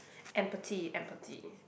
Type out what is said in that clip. empathy empathy